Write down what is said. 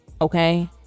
okay